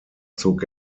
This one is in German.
zog